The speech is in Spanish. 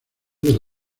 del